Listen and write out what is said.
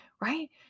right